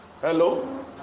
Hello